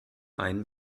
einen